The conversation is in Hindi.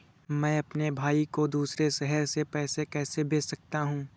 मैं अपने भाई को दूसरे शहर से पैसे कैसे भेज सकता हूँ?